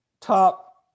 top